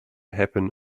happen